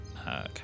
Okay